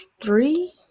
Three